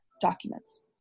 documents